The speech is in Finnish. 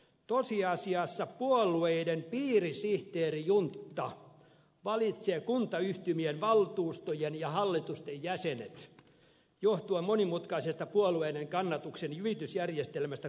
tosiasiassa puolueiden piirisihteerijuntta valitsee kuntayhtymien valtuustojen ja hallitusten jäsenet johtuen monimutkaisesta puolueiden kannatuksen jyvitysjärjestelmästä kuntayhtymän alueella